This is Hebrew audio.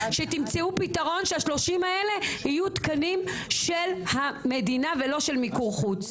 שתמצאו פתרון שה-30 האלה יהיו תקנים של המדינה ולא של מיקור חוץ.